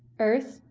earth,